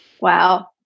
Wow